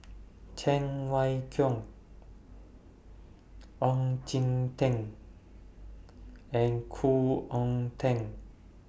Cheng Wai Keung Oon Jin Teik and Khoo Oon Teik